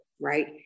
Right